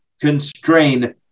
constrain